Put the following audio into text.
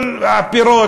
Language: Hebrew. כל הפירות,